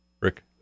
Rick